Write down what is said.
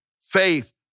faith